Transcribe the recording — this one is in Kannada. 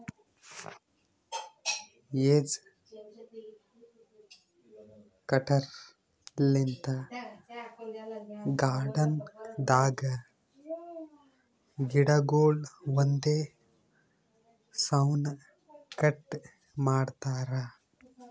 ಹೆಜ್ ಕಟರ್ ಲಿಂತ್ ಗಾರ್ಡನ್ ದಾಗ್ ಗಿಡಗೊಳ್ ಒಂದೇ ಸೌನ್ ಕಟ್ ಮಾಡ್ತಾರಾ